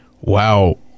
Wow